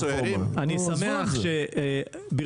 יש גבול גם ל --- בליאק.